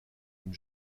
une